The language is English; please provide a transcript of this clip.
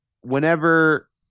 whenever